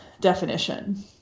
definition